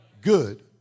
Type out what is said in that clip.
good